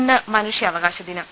ഇന്ന് മനുഷ്യാവകാശ് ദിനം